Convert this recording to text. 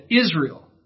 Israel